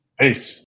Peace